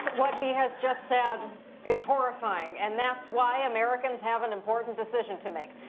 what he has just said is horrifying. and that's why americans have an important decision to make.